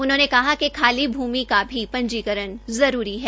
उन्होंने कहा कि खाली भूमि का भी पंजीकरण जरूरी है